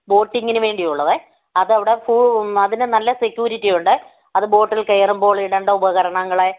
ബോട്ടിങ്ങിനുവേണ്ടി ഉള്ളതേ അതവിടെ അതിന് നല്ല സെക്യൂരിറ്റി ഉണ്ടേ അത് ബോട്ടിൽ കയറുമ്പോൾ ഇടേണ്ട ഉപകരണങ്ങള്